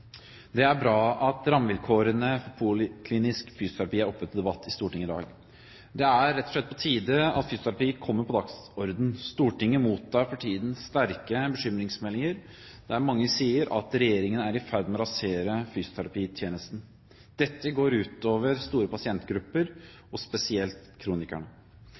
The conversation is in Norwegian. bra at rammevilkårene for poliklinisk fysioterapi er oppe til debatt i Stortinget i dag. Det er rett og slett på tide at fysioterapi kommer på dagsordenen. Stortinget mottar for tiden sterke bekymringsmeldinger der mange sier at Regjeringen er i ferd med å rasere fysioterapitjenesten. Dette går ut over store pasientgrupper, og spesielt kronikerne.